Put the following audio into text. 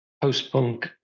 Post-punk